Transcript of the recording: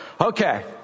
okay